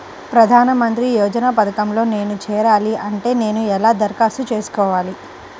ప్రధాన మంత్రి యోజన పథకంలో నేను చేరాలి అంటే నేను ఎలా దరఖాస్తు చేసుకోవాలి?